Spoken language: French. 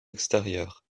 extérieurs